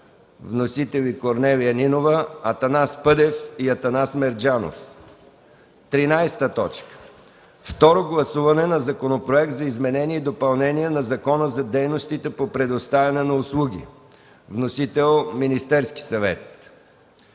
Вносители – Корнелия Нинова, Атанас Пъдев и Атанас Мерджанов. 13. Второ гласуване на Законопроект за изменение и допълнение на Закона за дейностите по предоставяне на услуги. Вносител – Министерският съвет.